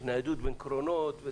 ניידות בין קרונות.